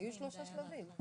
היו שלושה שלבים.